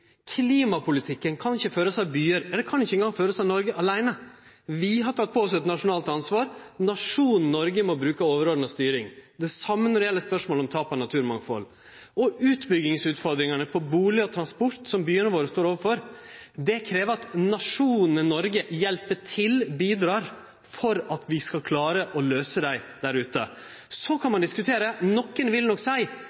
Klimapolitikken kan ikkje førast av byar. Den kan ikkje ein gong førast av Noreg aleine. Vi har teke på oss eit nasjonalt ansvar. Nasjonen Noreg må bruke overordna styring. Det same gjeld spørsmålet om tap av naturmangfald. Utbyggingsutfordringane når det gjeld bustad og transport, som byane våre står overfor, krev at nasjonen Noreg hjelper til og bidreg til at vi skal klare å løyse dei utfordringane der ute.